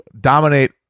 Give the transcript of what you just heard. dominate